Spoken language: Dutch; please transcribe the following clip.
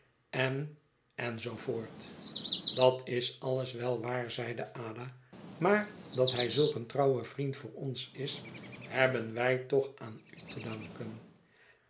en zoo voort dat is alles wel waar zeide ada maar dat hij zulk een trouwe vriend voor ons is hebben wij toch aan u te danken